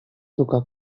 suka